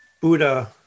Buddha